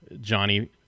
johnny